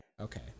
Okay